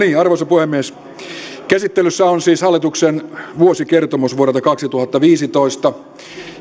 sitten arvoisa puhemies käsittelyssä on siis hallituksen vuosikertomus vuodelta kaksituhattaviisitoista